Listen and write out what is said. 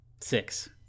Six